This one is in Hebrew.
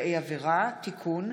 הפיקוח על מעונות (תיקון,